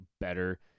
better